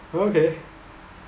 okay